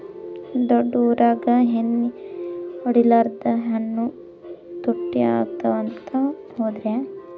ದೊಡ್ಡ ಊರಾಗ ಎಣ್ಣಿ ಹೊಡಿಲಾರ್ದ ಹಣ್ಣು ತುಟ್ಟಿ ಅಗವ ಅಂತ, ಹೌದ್ರ್ಯಾ?